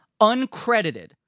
uncredited